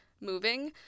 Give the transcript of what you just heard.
moving